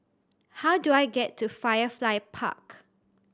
how do I get to Firefly Park